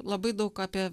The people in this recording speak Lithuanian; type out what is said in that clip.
labai daug apie